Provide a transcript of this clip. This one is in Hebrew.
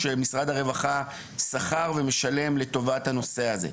שמשרד הרווחה שכר ומשלם לטובת הנשוא הזה.